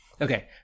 Okay